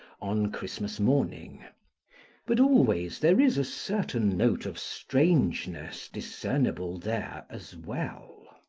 on christmas morning but always there is a certain note of strangeness discernible there, as well.